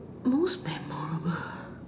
most memorable